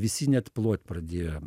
visi net plot pradėjo